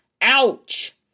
Ouch